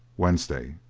wednesday